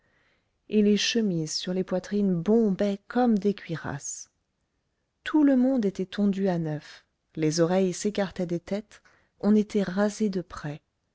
et les chemises sur les poitrines bombaient comme des cuirasses tout le monde était tondu à neuf les oreilles s'écartaient des têtes on était rasé de près